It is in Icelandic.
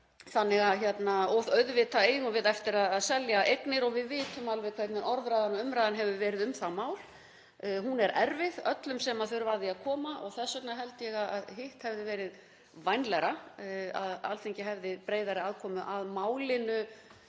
hefur gerst. Auðvitað eigum við eftir að selja eignir og við vitum alveg hvernig orðræðan og umræðan hefur verið um það mál. Hún er erfið öllum sem þurfa að því að koma. Þess vegna held ég að hitt hefði verið vænlegra, að Alþingi hefði breiðari aðkomu að málinu,